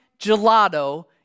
gelato